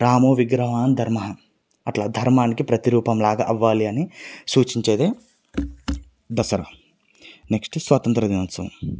రామో విగ్రహవాన్ ధర్మః అలా ధర్మానికి ప్రతిరూపం లాగా అవ్వాలి అని సూచించేదే దసరా నెక్స్ట్ స్వాతంత్ర దినోత్సవం